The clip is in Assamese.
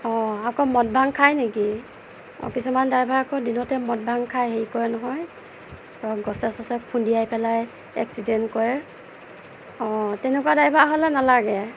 অঁ আকৌ মদ ভাং খাই নেকি অঁ কিছুমান ড্ৰাইভাৰ আকৌ দিনতে মদ ভাং খাই হেৰি কৰে নহয় গছে চছে খুন্দিয়াই পেলাই এক্সিডেণ্ট কৰে অঁ তেনেকুৱা ড্ৰাইভাৰ হ'লে নালাগে